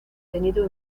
tenido